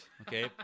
Okay